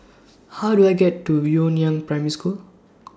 How Do I get to Yu Liang Primary School